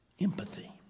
Empathy